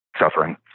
suffering